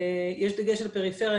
יש דגש עם אזורים בפריפריה,